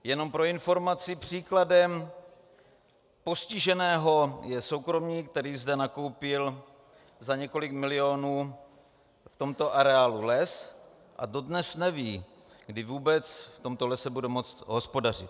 Jenom pro informaci, příkladem postiženého je soukromník, který zde nakoupil za několik milionů v tomto areálu les, a dodnes neví, kdy vůbec v tomto lese bude moct hospodařit.